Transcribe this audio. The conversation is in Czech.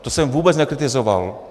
To jsem vůbec nekritizoval.